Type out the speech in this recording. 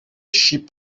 sheep